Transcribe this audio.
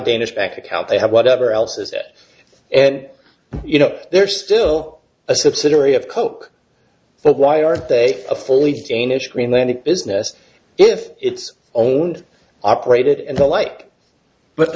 danish back account they have whatever else is that and you know they're still a subsidiary of coke so why are they a fully danish greenlandic business if it's owned operated and the like but